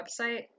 website